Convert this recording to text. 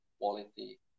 quality